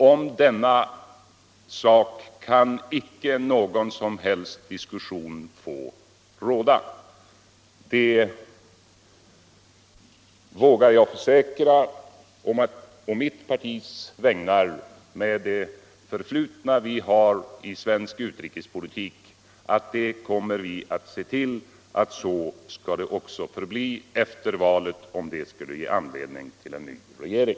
Om den saken kan ingen som helst diskussion få råda. Med det förflutna centern har i svensk utrikespolitik vågar jag försäkra på mitt partis vägnar att vi skall se till att så kommer att förbli också efter valet, om det skulle resultera i en ny regering.